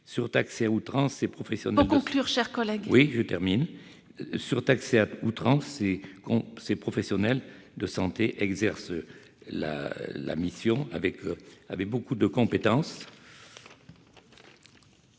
Surtaxés à outrance, ces professionnels de santé exercent leur mission avec beaucoup de compétence.